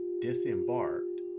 disembarked